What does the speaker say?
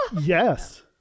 Yes